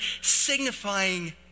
signifying